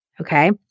Okay